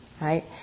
right